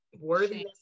worthiness